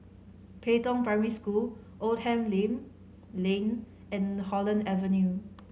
Pei Tong Primary School Oldham Lane Lane and Holland Avenue